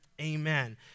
amen